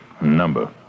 Number